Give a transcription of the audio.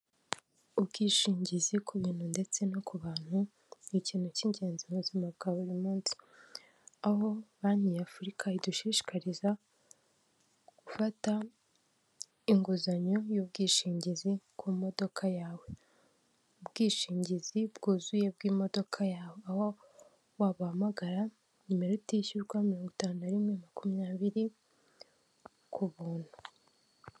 Ubwishingizi ku bintu ndetse no ku bantu ni ikintu cy'ingenzi mu buzima bwa buri munsi, aho banki ya Afurika idushishikariza gufata inguzanyo y'ubwishingizi ku modoka yawe. Ubwishingizi bwuzuye bw'imodoka yawe, aho wabahamagara nimero itishyurwa mirongo itanu rimwe makumyabiri ku buntu.